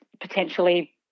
potentially